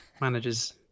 managers